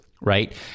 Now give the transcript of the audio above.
right